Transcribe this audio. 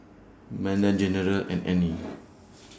Manda General and Annie